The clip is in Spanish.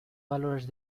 valores